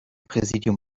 präsidium